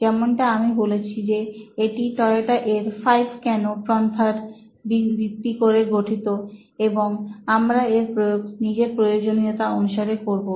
যেমনটা আমি বলেছি যে এটি টয়োটা এর 5 কেন পন্থার ভিত্তি করে গঠিত এবং আমরা এর প্রয়োগ নিজেদের প্রয়োজনীয়তা অনুসারে করবো